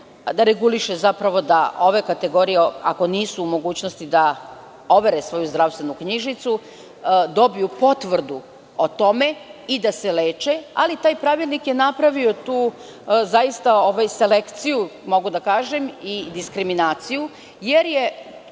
da reguliše zapravo da ove kategorije, ako nisu u mogućnosti da overe svoju zdravstvenu knjižicu, dobiju potvrdu o tome i da se leče, ali taj pravilnik je napravio tu selekciju, mogu da kažem, i diskriminaciju, jer je